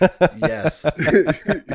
Yes